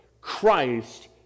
Christ